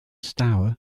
stour